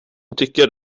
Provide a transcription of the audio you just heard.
tycker